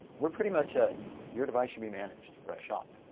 we're pretty much a your device should be managed shop.